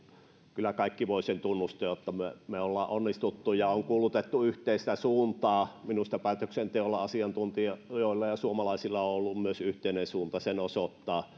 kyllä kaikki voivat sen tunnustaa että me olemme onnistuneet on kuulutettu yhteistä suuntaa minusta päätöksenteolla asiantuntijoilla ja suomalaisilla on ollut myös yhteinen suunta sen osoittaa